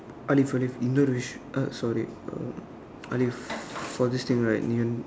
Alif Alif English uh sorry are this for this thing right you